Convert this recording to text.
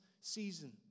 season